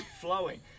flowing